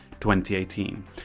2018